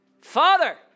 Father